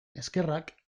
eskerrak